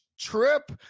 trip